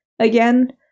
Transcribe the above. Again